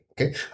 Okay